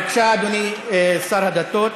בבקשה, אדוני שר הדתות.